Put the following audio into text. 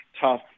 tough